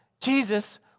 Jesus